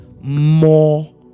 more